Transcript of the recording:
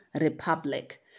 Republic